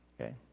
Okay